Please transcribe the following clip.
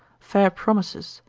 fair promises,